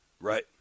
Right